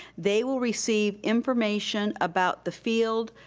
they will receive information about the field,